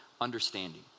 understanding